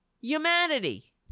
Humanity